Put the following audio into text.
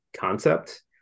concept